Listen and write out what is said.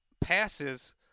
passes